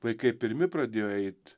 vaikai pirmi pradėjo eit